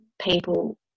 people